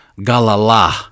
galala